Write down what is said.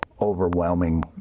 overwhelming